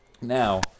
Now